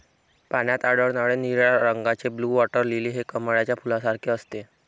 पाण्यात आढळणारे निळ्या रंगाचे ब्लू वॉटर लिली हे कमळाच्या फुलासारखे असते